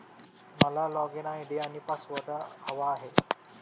मला login ID आणि password हवा आहे